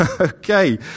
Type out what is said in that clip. Okay